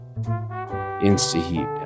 Insta-heat